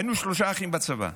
היינו שלושה אחים בצבא,